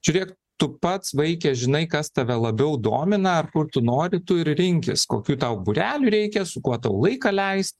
žiūrėk tu pats vaike žinai kas tave labiau domina ar kur tu nori tu ir rinkis kokių tau būrelių reikia su kuo tau laiką leist